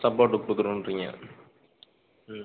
சப்போர்ட்டும் கொடுத்துடுன்றீங்க ம்